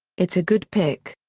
it's a good pick.